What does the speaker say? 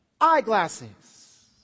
eyeglasses